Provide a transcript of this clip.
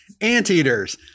Anteaters